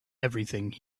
everything